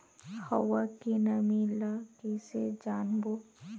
हवा के नमी ल कइसे जानबो?